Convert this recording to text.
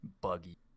Buggy